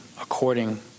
according